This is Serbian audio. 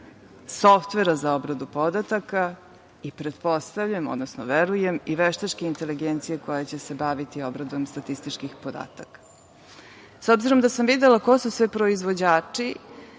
softvera za obradu podataka i pretpostavljam, odnosno verujem i veštačke inteligencija koja će se baviti obradom statističkih podataka.S obzirom da sam videla ko su sve proizvođači